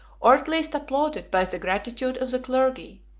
or at least applauded, by the gratitude of the clergy,